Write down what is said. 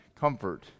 comfort